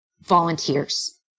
volunteers